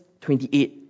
28